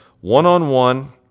one-on-one